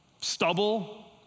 stubble